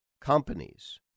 companies